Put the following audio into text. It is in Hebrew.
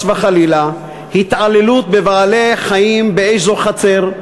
וחלילה התעללות בבעלי-חיים באיזו חצר,